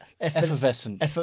Effervescent